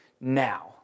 now